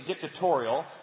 dictatorial